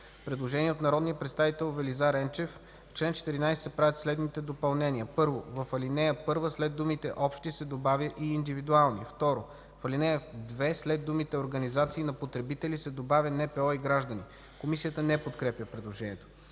Предложение от народния представител Велизар Енчев. „В чл. 14 се правят следните допълнения: 1. В ал. 1 след думата „общи“ се добавя „и индивидуални”. 2. В ал. 2 след думите „организации на потребители“ се добавя „НПО и граждани“. Комисията не подкрепя предложението.